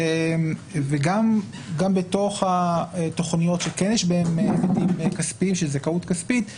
וגם בתוך התכניות שכן יש בהן --- של זכאות כספית,